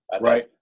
Right